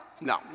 No